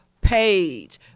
page